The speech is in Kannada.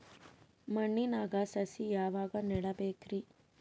ಮಣ್ಣಿನಾಗ ಸಸಿ ಯಾವಾಗ ನೆಡಬೇಕರಿ?